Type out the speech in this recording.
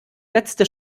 letzte